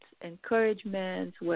encouragements